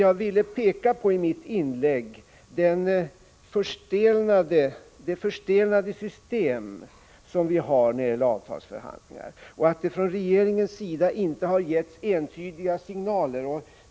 Jag ville i mitt inlägg peka på det förstelnade system som vi har när det gäller avtalsförhandlingar och att det från regeringens sida inte har getts entydiga signaler.